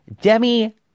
Demi